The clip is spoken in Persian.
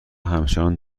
همچنان